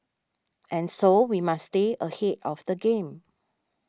and so we must stay ahead of the game